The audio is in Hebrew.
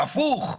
הפוך.